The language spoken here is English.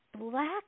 black